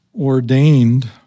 ordained